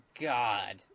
God